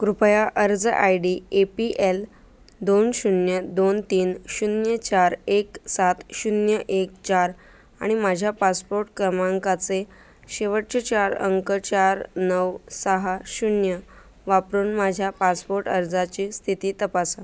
कृपया अर्ज I D A P L दोन शून्य दोन तीन शून्य चार एक सात शून्य एक चार आणि माझ्या पासपोर्ट क्रमांकाचे शेवटचे चार अंक चार नऊ सहा शून्य वापरून माझ्या पासपोर्ट अर्जाची स्थिती तपासा